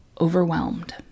overwhelmed